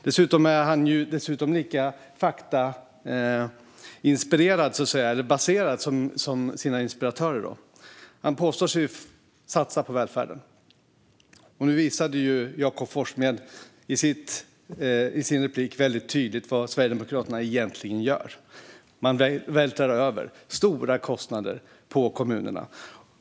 Dessutom är Oscar Sjöstedt lika faktabaserad som dem han inspireras av. Han påstår sig satsa på välfärden. Jakob Forssmed visade dock i sin replik väldigt tydligt vad Sverigedemokraterna egentligen gör: De vältrar över stora kostnader på kommunerna.